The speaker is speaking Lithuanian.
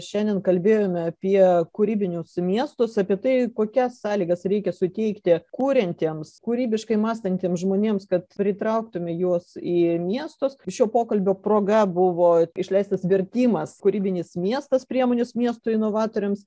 šiandien kalbėjome apie kūrybinius miestus apie tai kokias sąlygas reikia suteikti kuriantiems kūrybiškai mąstantiems žmonėms kad pritrauktume juos į miestus šio pokalbio proga buvo išleistas vertimas kūrybinis miestas priemonės miestų novatoriams